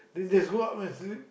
then just go up and sleep